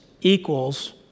equals